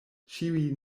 ĉiuj